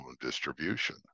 distribution